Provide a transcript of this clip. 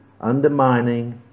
undermining